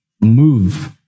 move